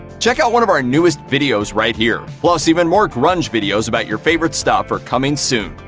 check out one of our newest videos right here! plus, even more grunge videos about your favorite stuff are coming soon.